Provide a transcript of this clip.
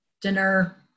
dinner